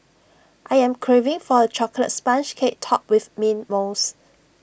I am craving for A Chocolate Sponge Cake Topped with Mint Mousse